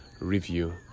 review